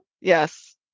Yes